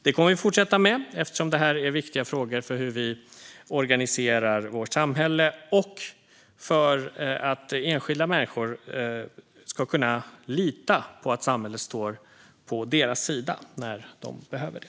Det kommer vi att fortsätta göra, eftersom det här är viktiga frågor för hur vi organiserar vårt samhälle och för att enskilda människor ska kunna lita på att samhället står på deras sida när de behöver det.